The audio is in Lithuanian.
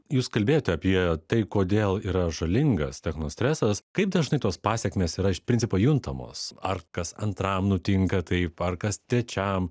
jūs kalbėjote apie tai kodėl yra žalingas technostresas kaip dažnai tos pasekmės yra iš principo juntamos ar kas antram nutinka taip ar kas trečiam